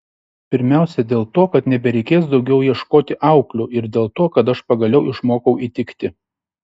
pirmiausia dėl to kad nebereikės daugiau ieškoti auklių ir dėl to kad aš pagaliau išmokau įtikti